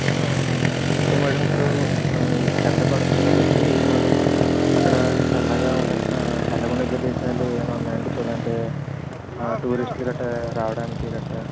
అలాగేనండి అంటే మేడమ్ ఇప్పుడు ఎండ పడుతుంది కాబట్టి మనం అక్కడ చల్లగా ఉన్న ఉండే ప్రదేశాలు ఏమన్నా ఉన్నాయి అండి అంటే టూరిస్టులు కట్టా రావడానికి కట్టా